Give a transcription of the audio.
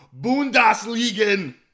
Bundesliga